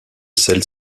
celle